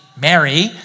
Mary